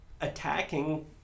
attacking